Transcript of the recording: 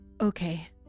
Okay